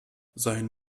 sein